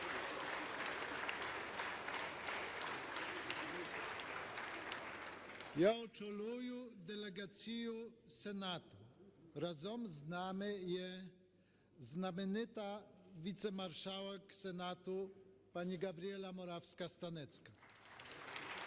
Я очолюю делегацію Сенату. Разом з нами є знаменита Віцемаршалок Сенату пані Габріела Моравська-Станецька.